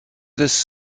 this